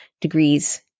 degrees